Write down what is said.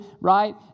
right